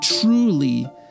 truly